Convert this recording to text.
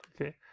okay